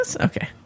Okay